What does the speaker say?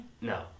No